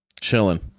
chilling